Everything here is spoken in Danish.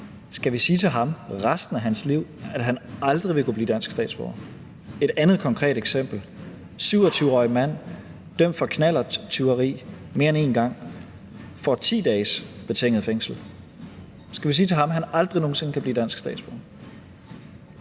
Skal vi sige til ham, at han aldrig i resten af sit liv vil kunne blive dansk statsborger? Et andet konkret eksempel: En 27-årig mand, der er dømt for knallerttyveri mere end en gang, får 10 dages betinget fængsel. Skal vi sige til ham, at han aldrig nogen sinde kan blive dansk statsborger?